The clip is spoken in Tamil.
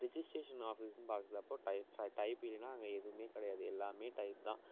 ரிஜிஸ்ட்ரேஷன் ஆஃபீஸ்னு பார்க்குறப்போ டைப் டைப் இல்லைனா அங்கே எதுவுமே கிடையாது எல்லாமே டைப் தான்